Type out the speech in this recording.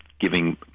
giving